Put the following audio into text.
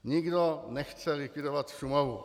Nikdo nechce likvidovat Šumavu.